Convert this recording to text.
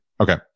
Okay